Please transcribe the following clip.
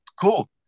Cool